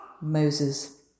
Moses